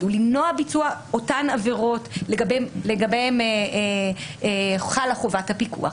הוא למנוע ביצוע אותן עבירות לגביהן חלה חובת הפיקוח.